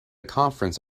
conference